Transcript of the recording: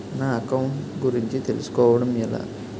నా అకౌంట్ గురించి తెలుసు కోవడం ఎలా?